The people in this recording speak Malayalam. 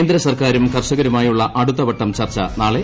കേന്ദ്ര സർക്കാരും കർഷകരുമായുള്ള അടുത്ത വട്ടം ചർച്ച നാളെ